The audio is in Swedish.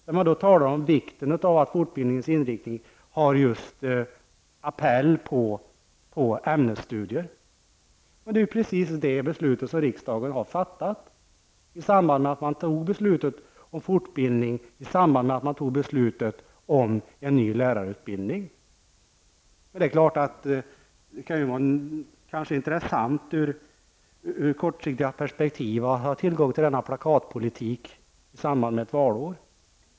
Där talar man om vikten av att fortbildningens inriktning har appell till ämnesstudier. Det beslutet har ju riksdagen precis fattat i samband med att man tog beslut om fortbildning när man tog beslut om en ny lärarutbildning. Men det kan kanske vara intressant ur kortsiktigt perspektiv att ha tillgång till denna plakatpolitik i samband med ett valår.